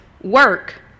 work